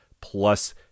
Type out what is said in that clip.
plus